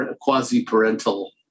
quasi-parental